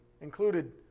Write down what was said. included